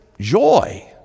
joy